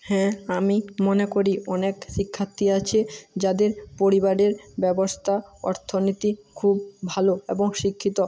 হ্যাঁ আমি মনে করি অনেক শিক্ষার্থী আছে যাদের পরিবারের ব্যবস্তা অর্থনীতি খুব ভালো এবং শিক্ষিত